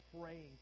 praying